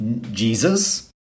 Jesus